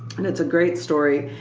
and it's a great story.